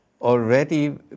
already